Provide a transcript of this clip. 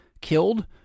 killed